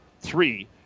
three